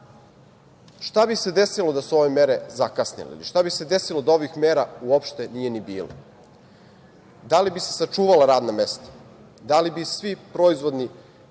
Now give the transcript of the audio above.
šta bi se desilo da su ove mere zakasnile? Ili – šta bi se desilo da ovih mera uopšte nije ni bilo? Da li bi se sačuvala radna mesta? Da li bi svi proizvodni